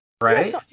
right